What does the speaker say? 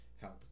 help